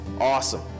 awesome